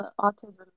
autism